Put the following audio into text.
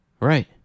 Right